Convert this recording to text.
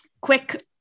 quick